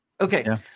Okay